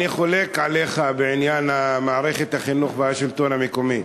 אני חולק עליך בעניין מערכת החינוך והשלטון המקומי.